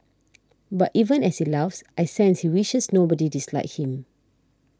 but even as he laughs I sense he wishes nobody disliked him